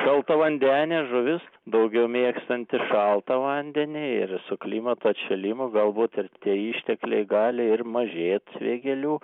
šaltavandenė žuvis daugiau mėgstanti šaltą vandenį ir su klimato atšilimu galbūt ir tie ištekliai gali ir mažėt vėgėlių